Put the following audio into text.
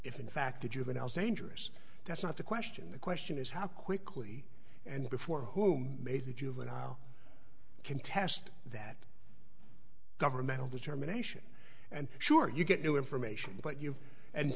if in fact the juveniles dangerous that's not the question the question is how quickly and before who made the juvenile contest that governmental determination and sure you get new information but you and